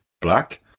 black